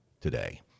today